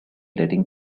letting